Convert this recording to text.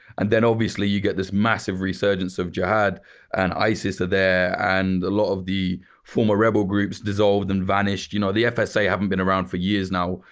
and then obviously, you get this massive resurgence of jihad and isis are there. and a lot of the former rebel groups dissolved and vanished. you know the fsa haven't been around for years now.